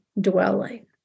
dwelling